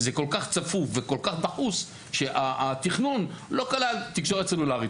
זה כל כך צפוף וכל כך דחוס שהתכנון לא כלל תקשורת סלולרית